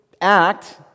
act